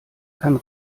kann